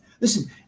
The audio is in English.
Listen